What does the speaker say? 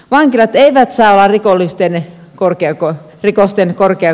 vankilat eivät saa olla rikosten korkeakouluja